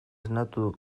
esnatu